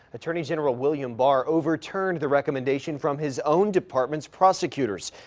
attorney general william barr overturned the recommendatio n from his own department's prosecutors.